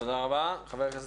תודה רבה, חבר הכנסת